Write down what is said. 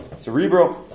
cerebral